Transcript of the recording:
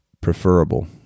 Preferable